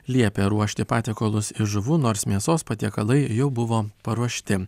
liepė ruošti patiekalus iš žuvų nors mėsos patiekalai jau buvo paruošti